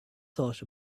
thought